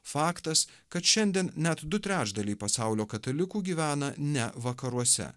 faktas kad šiandien net du trečdaliai pasaulio katalikų gyvena ne vakaruose